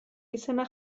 izena